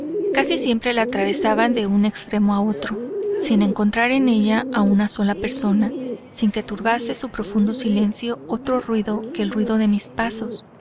casi siempre la atravesaba de un extremo a otro sin encontrar en ella una sola persona sin que turbase su profundo silencio otro ruido que el ruido de mis pasos